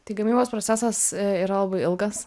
tai gamybos procesas yra labai ilgas